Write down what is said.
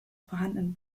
vorhandenen